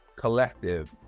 collective